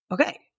Okay